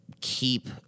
keep